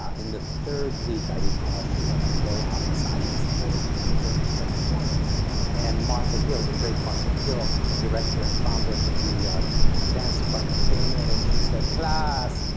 ah in the third week, i recall she had to go on assignment somewhere where she was working or performing and martha hill the great martha hill director and founder of the julliard dance department came in and she said class